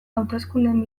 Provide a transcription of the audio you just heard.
hauteskundeen